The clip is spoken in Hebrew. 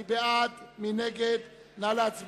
מי בעד, ירים את ידו.